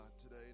today